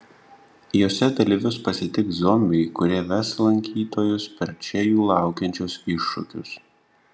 jose dalyvius pasitiks zombiai kurie ves lankytojus per čia jų laukiančius iššūkius